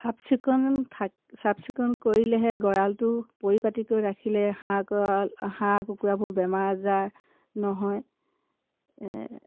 চাফ চিকুণ থাক চাফ চিকুণ কৰিলেহে গঁৰালটো পৰিপাটিকৈ ৰাখিলে হাঁহ কুকুৰাবোৰ বেমাৰ আজাৰ নহয়